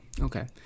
Okay